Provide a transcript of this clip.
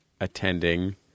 attending